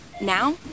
Now